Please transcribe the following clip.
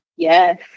Yes